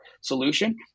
solution